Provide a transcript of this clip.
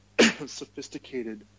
sophisticated